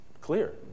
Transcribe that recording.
clear